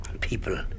people